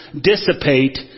dissipate